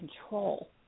control